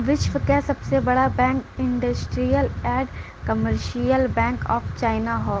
विश्व क सबसे बड़ा bank industrial and commercial bank of China हौ